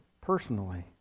personally